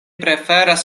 preferas